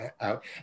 Out